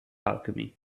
alchemy